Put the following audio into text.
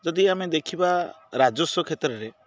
ଯଦି ଆମେ ଦେଖିବା ରାଜସ୍ୱ କ୍ଷେତ୍ରରେ